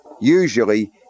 usually